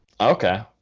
Okay